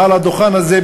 מעל הדוכן הזה,